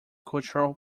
cultural